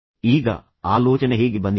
ಈಗ ಆಲೋಚನೆ ಹೇಗೆ ಬಂದಿತು